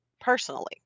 personally